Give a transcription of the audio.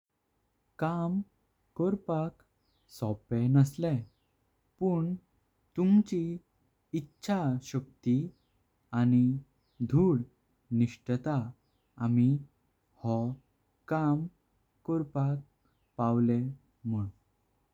काम कोरपाक सोपे नासलें पुं तुमची। इच्छाशक्ति आणि धुड निष्ठा आमी हो काम कोरपाक पावलं मुन।